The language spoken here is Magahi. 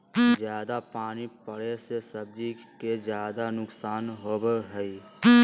जयादा पानी पड़े से सब्जी के ज्यादा नुकसान होबो हइ